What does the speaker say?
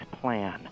plan